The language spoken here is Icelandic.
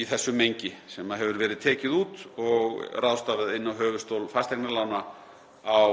í þessu mengi sem hefur verið tekið út og ráðstafað inn á höfuðstól fasteignalána á